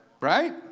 Right